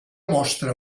mostra